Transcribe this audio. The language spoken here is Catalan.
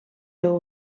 veu